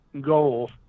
goal